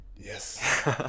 yes